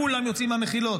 כולם יוצאים מהמחילות,